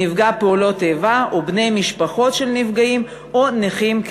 נפגע פעולות איבה או בני משפחות של נפגעים או נכים,